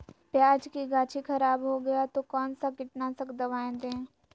प्याज की गाछी खराब हो गया तो कौन सा कीटनाशक दवाएं दे?